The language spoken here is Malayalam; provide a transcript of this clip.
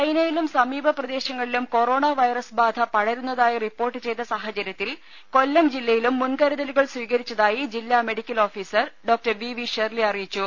ചൈനയിലും സമീപപ്രദേശങ്ങളിലും കൊറോണ വൈറസ് ബാധ പടരുന്നതായി റിപ്പോർട്ട് ചെയ്ത സാഹചര്യത്തിൽ കൊല്ലം ജില്ലയിലും മുൻകരൂതലുകൾ സ്വീകരിച്ചതായി ജില്ലാ medical officer Dr V V Shirley അറിയിച്ചു